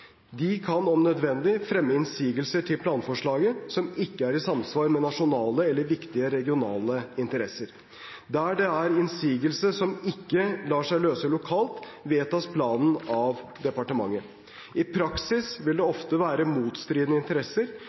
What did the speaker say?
De kan om nødvendig fremme innsigelse til planforslag som ikke er i samsvar med nasjonale eller viktige regionale interesser. Der det er innsigelse som ikke lar seg løse lokalt, vedtas planen av departementet. I praksis vil det ofte være motstridende interesser